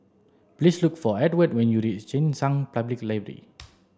please look for Edward when you reach Cheng San Public Library